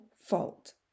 fault